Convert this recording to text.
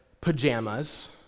pajamas